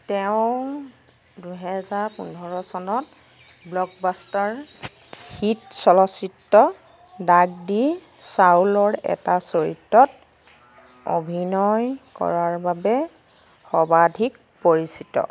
তেওঁ দুহেজাৰ পোন্ধৰ চনত ব্লকবাষ্টাৰ হিট চলচ্চিত্ৰ দাগদি চাওলৰ এটা চৰিত্ৰত অভিনয় কৰাৰ বাবে সৰ্বাধিক পৰিচিত